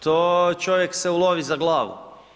To čovjek se ulovi za glavu.